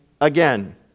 again